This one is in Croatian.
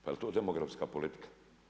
Pa jel to demografska politika?